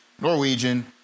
Norwegian